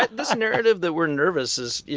but this narrative that we're nervous is, you